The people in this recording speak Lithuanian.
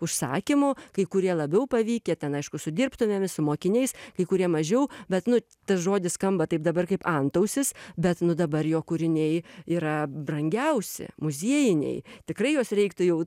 užsakymų kai kurie labiau pavykę ten aišku su dirbtinėmis su mokiniais kai kurie mažiau bet nu tas žodis skamba taip dabar kaip antausis bet nu dabar jo kūriniai yra brangiausi muziejiniai tikrai juos reiktų jau